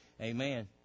Amen